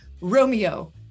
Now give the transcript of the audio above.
romeo